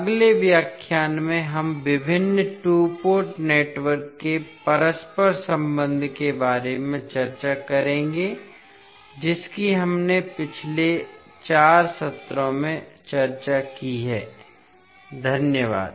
अगले व्याख्यान में हम विभिन्न टू पोर्ट नेटवर्क के परस्पर संबंध के बारे में चर्चा करेंगे जिसकी हमने पिछले 4 सत्रों में चर्चा की है धन्यवाद